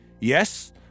Yes